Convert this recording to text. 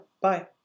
Bye